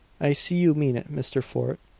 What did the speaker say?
i see you mean it, mr. fort.